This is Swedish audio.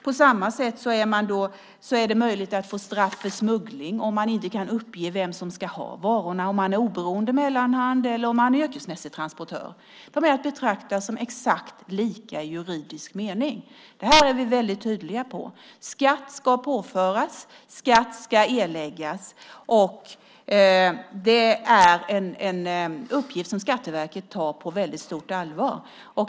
På samma sätt är det möjligt att man får straff för smuggling om man inte kan uppge vem som ska ha varorna, oavsett om man är oberoende mellanhand eller yrkesmässig transportör. De är att betrakta som exakt lika i juridisk mening. Det här är vi väldigt tydliga med. Skatt ska påföras, skatt ska erläggas, och det är en uppgift som Skatteverket tar på väldigt stort allvar.